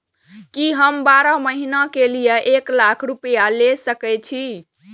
की हम बारह महीना के लिए एक लाख रूपया ले सके छी?